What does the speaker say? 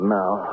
now